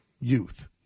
youth